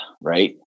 Right